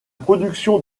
production